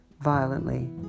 violently